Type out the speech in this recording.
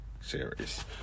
series